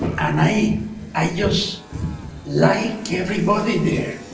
and i i just like everybody there.